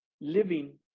living